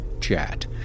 chat